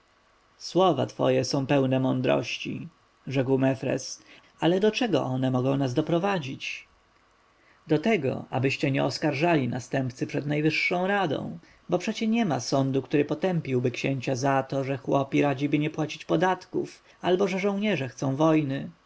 słowa twoje są pełne mądrości rzekł mefres ale do czego one mogą nas doprowadzić do tego abyście nie oskarżali następcy przed najwyższą radą bo przecie niema sądu który potępiłby księcia za to że chłopi radziby nie płacić podatków albo że żołnierze chcą wojny